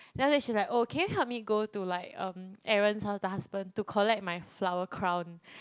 then after that she's like oh can you help me to go to like um Aaron's house the husband to collect my flower crown